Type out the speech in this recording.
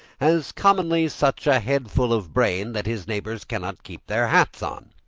has commonly such a headful of brain that his neighbors cannot keep their hats on.